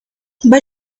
but